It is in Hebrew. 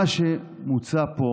מה שמוצע פה